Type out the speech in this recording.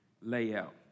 layout